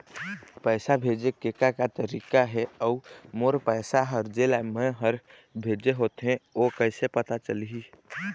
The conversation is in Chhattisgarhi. पैसा भेजे के का का तरीका हे अऊ मोर पैसा हर जेला मैं हर भेजे होथे ओ कैसे पता चलही?